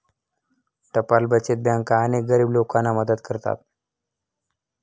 टपाल बचत बँका अनेक गरीब लोकांना मदत करतात